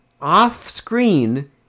off-screen